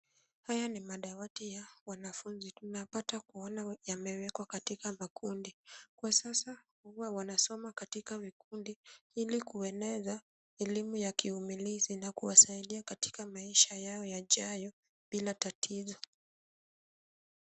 Haya ni madawati ya wanafunzi. Tunapata kuona yamewekwa katika makundi. Kwa sasa, huwa wanasoma katika vikundi ili kueneza elimu ya kiumilizi na kuwasaidia katika maisha yao yajayo bila tatizo.